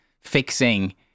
fixing